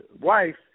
wife